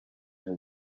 her